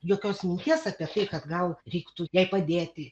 jokios minties apie tai kad gal reiktų jai padėti